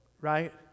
right